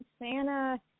Santa